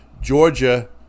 Georgia –